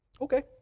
Okay